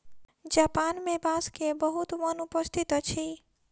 Japan मे बांस के बहुत वन उपस्थित अछि